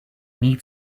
need